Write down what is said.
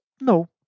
No